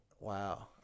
Wow